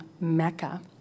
Mecca